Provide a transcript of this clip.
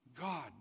God